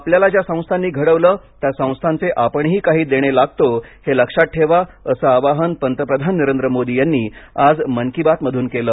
आपल्याला ज्या संस्थांनी घडवलं त्या संस्थांचे आपणही काही देणे लागतो हे लक्षात ठेवा असं आवाहन पंतप्रधान नरेंद्र मोदी यांनी आज मन की बात मधून केलं